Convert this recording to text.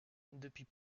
depuis